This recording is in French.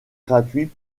gratuit